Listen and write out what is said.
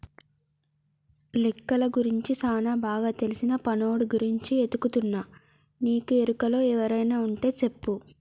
లెక్కలు గురించి సానా బాగా తెల్సిన పనోడి గురించి ఎతుకుతున్నా నీ ఎరుకలో ఎవరైనా వుంటే సెప్పు